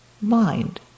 mind